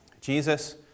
Jesus